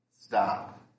stop